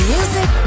Music